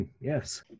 Yes